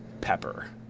Pepper